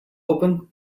open